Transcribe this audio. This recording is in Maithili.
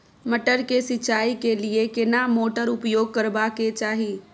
मटर के सिंचाई के लिये केना मोटर उपयोग करबा के चाही?